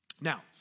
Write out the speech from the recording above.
Now